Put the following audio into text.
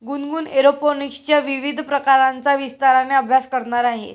गुनगुन एरोपोनिक्सच्या विविध प्रकारांचा विस्ताराने अभ्यास करणार आहे